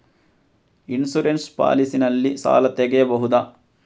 Insurance policy ನಲ್ಲಿ ಸಾಲ ತೆಗೆಯಬಹುದ?